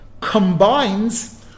combines